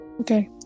Okay